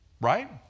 right